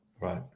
right